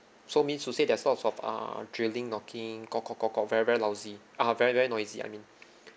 so means to say there's lots of err drilling knocking very very lousy uh very very noisy I mean